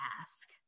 ask